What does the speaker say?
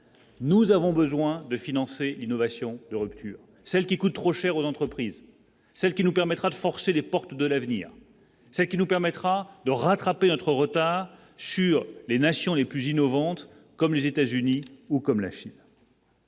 nous avons besoin de financer innovations de rupture, celles qui coûtent trop cher aux entreprises, celles qui nous permettra de forcer les portes de l'avenir, ce qui nous permettra de rattraper notre retard sur les nations les plus innovantes, comme les États-Unis ou comme la Chine.